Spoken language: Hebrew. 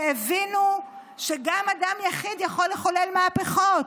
שהבינו שגם אדם יחיד יכול לחולל מהפכות,